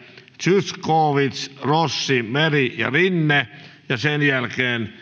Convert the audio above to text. zyskowicz rossi meri ja rinne sen jälkeen